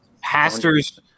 Pastors